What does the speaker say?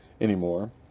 anymore